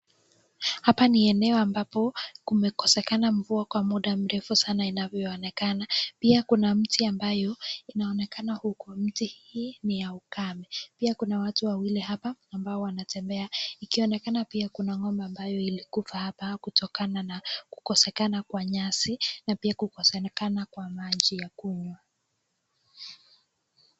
Hapa ni eneo ambapo kumekosekana mvua kwa muda mrefu sana inavyoonekana, pia kuna mti ambayo inaonekana huko ,mti hii ni ya ukame .Pia kuna watu wawili hapa ambao wanatembea, ikionekana pia kuna Ng'ombe ambayo ilikufa hapa kutokana na kukosekana kwa nyasi ,na pia kukosekana kwa maji ya kunywa .